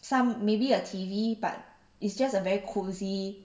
some maybe a T_V but it's just a very cosy